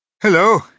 Hello